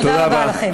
תודה רבה לכם.